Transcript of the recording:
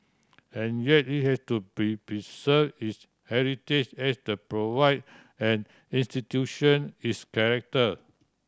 and yet it has to preserve its heritage as the provide an institution its character